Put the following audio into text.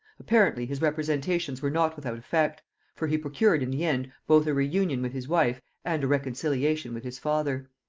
apparently his representations were not without effect for he procured in the end both a re-union with his wife and a reconciliation with his father.